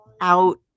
out